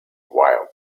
while